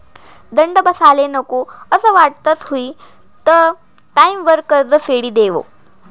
दंड बसाले नको असं वाटस हुयी त टाईमवर कर्ज फेडी देवो